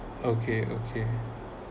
okay okay